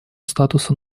статуса